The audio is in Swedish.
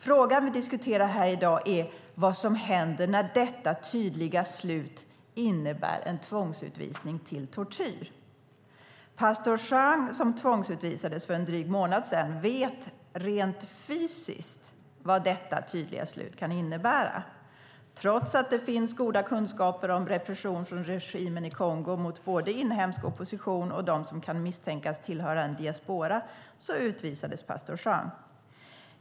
Frågan vi diskuterar här i dag är vad som händer när detta tydliga slut innebär en tvångsutvisning till tortyr. Pastor Jean, som tvångsutvisades för en dryg månad sedan, vet rent fysiskt vad detta tydliga slut kan innebära. Trots att det finns goda kunskaper om repression från regimen i Kongo mot både inhemsk opposition och dem som kan misstänkas tillhöra en diaspora utvisades pastor Jean.